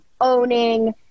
owning